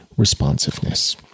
responsiveness